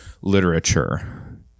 literature